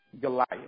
Goliath